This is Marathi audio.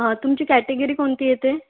हा तुमची कॅटेगरी कोणती येते